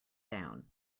down